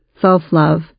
self-love